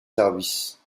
services